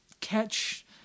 catch